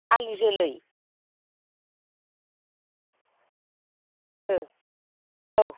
आलु जोलै औ